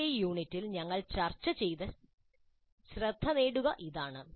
മുമ്പത്തെ യൂണിറ്റിൽ ഞങ്ങൾ ചർച്ച ചെയ്ത "ശ്രദ്ധ നേടുക" ഇതാണ്